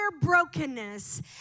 brokenness